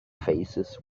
faces